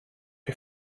ihr